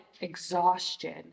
exhaustion